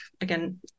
again